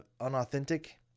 unauthentic